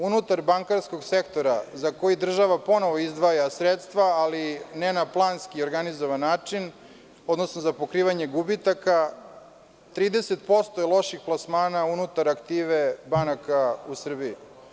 Unutar bankarskog sektora za koji država ponovo izdvaja sredstva, ali ne na planski organizovani način, odnosno za pokrivanje gubitaka, 30% je lošeg plasmana unutar aktive banaka u Srbiji.